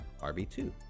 RB2